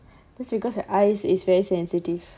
that's because your eyes is very sensitive